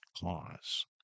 cause